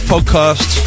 Podcast